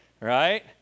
Right